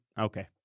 Okay